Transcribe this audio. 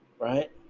Right